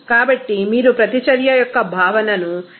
కాబట్టి మీరు ప్రతిచర్య యొక్క భావనను ఇక్కడ ఉపయోగించాలి